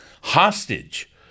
hostage